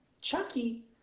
Chucky